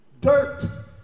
Dirt